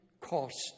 cost